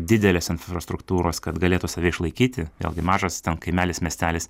didelės infrastruktūros kad galėtų save išlaikyti vėlgi mažas kaimelis miestelis